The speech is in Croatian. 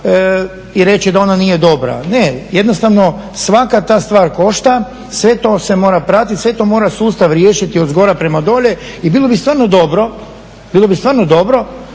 i reći da ona nije dobra. Ne, jednostavno svaka ta stvar košta, sve to se mora pratiti, sve to mora sustav riješiti od zgora prema dolje i bilo bi stvarno dobro, bilo bi stvarno dobro